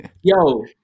yo